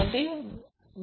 P मिळवायची आहे